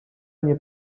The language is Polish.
nie